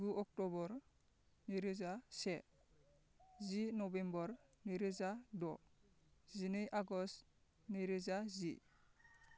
गु अक्टबर नैरोजा से जि नभेम्बर नैरोजा द' जिनै आगस्ट नैरोजा जि